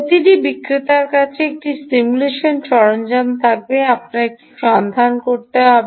প্রতিটি বিক্রেতার কাছে একটি সিমুলেশন সরঞ্জাম থাকবে আপনার এটি সন্ধান করতে হবে